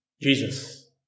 Jesus